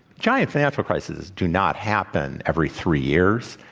giant financial crisis do not happen every three years.